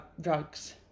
drugs